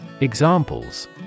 Examples